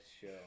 show